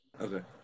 Okay